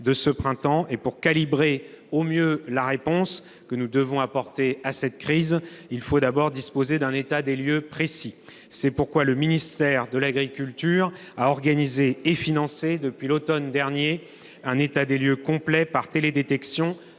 de ce printemps. Pour calibrer au mieux la réponse que nous devons apporter à cette crise, il faut d'abord disposer d'un état des lieux précis. C'est pourquoi le ministère de l'agriculture et de l'alimentation a organisé et financé, depuis l'automne dernier, un état des lieux complet par télédétection